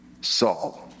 Saul